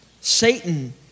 Satan